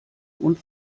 und